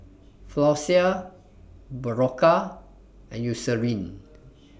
Floxia Berocca and Eucerin